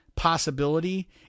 possibility